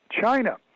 China